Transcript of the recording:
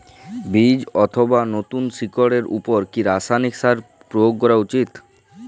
বীজ অথবা নতুন শিকড় এর উপর কি রাসায়ানিক সার প্রয়োগ করা উচিৎ?